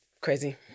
crazy